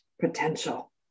potential